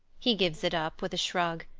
he gives it up, with a shrug,